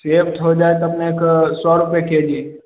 सेब हो जाएत अपनेके सए रूपये के जी